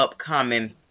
upcoming